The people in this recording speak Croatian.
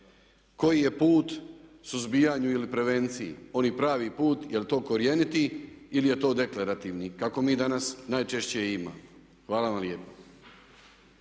koji je put suzbijanju ili prevenciji, onaj pravi put, jer to korjeniti ili je to deklarativni kako mi danas najčešće i imamo. Hvala vam lijepa.